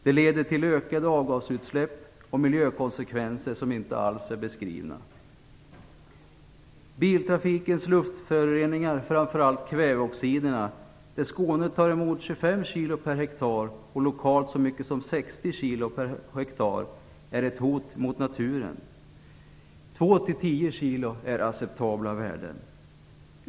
Det leder till ökade avgasutsläpp och miljökonsekvenser som inte alls är beskrivna. Biltrafikens luftföroreningar, framför allt kväveoxiderna, är ett hot mot naturen. Skåne tar emot 25 kilo per hektar och lokalt så mycket som 60 kilo per hektar. 2-10 kilo är acceptabla värden.